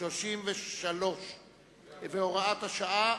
33 והוראת השעה),